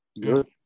Good